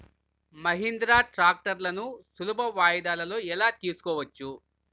మహీంద్రా ట్రాక్టర్లను సులభ వాయిదాలలో ఎలా తీసుకోవచ్చు?